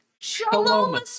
Shalom